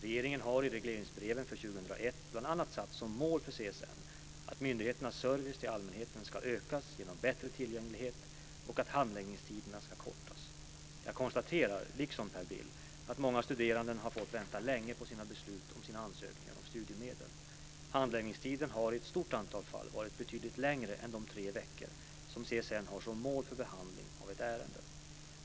Regeringen har i regleringsbrevet för 2001 bl.a. satt som mål för CSN att myndighetens service till allmänheten ska ökas genom bättre tillgänglighet och att handläggningstiderna ska kortas. Jag konstaterar, liksom Per Bill, att många studerande har fått vänta länge på beslut om sina ansökningar om studiemedel. Handläggningstiden har i ett stort antal fall varit betydligt längre än de tre veckor som CSN har som mål för behandling av ett ärende.